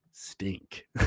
Stink